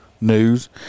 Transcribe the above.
news